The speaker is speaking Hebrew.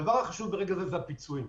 הדבר החשוב ברגע זה זה הפיצויים.